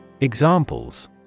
Examples